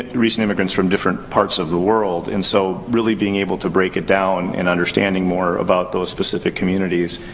recent immigrants from different parts of the world. and so, really being able to break it down and understanding more about those specific communities,